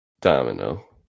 Domino